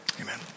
amen